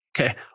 okay